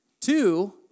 Two